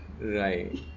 Right